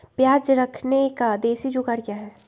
प्याज रखने का देसी जुगाड़ क्या है?